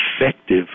effective